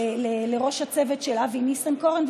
לראש הצוות של אבי ניסנקורן,